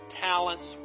talents